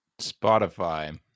Spotify